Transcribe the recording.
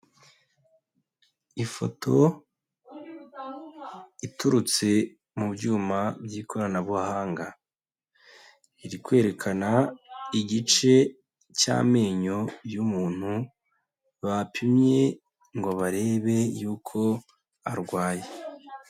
Ifoto iturutse mu byuma by'ikoranabuhanga. Iri kwerekana igice cy'amenyo y'umuntu bapimye ngo barebe y'uko arwaye.